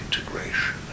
integration